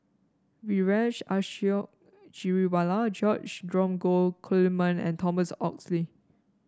Vijesh Ashok Ghariwala George Dromgold Coleman and Thomas Oxley